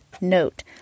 Note